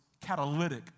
catalytic